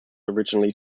originally